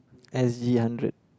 s_g hundred